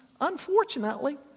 unfortunately